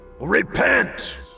REPENT